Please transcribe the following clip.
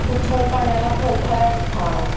उथळ पाण्याला खळखळाट फार